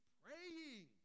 praying